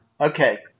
Okay